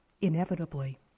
inevitably